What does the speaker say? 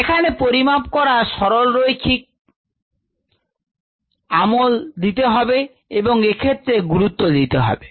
এখানে পরিমাপ করার সময় সরলরৈখিক আমল দিতে হবে এবং এ বিষয়ে গুরুত্ব দিতে হবে